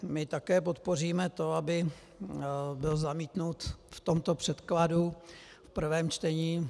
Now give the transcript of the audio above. My také podpoříme to, aby byl zamítnut v tomto předkladu v prvém čtení.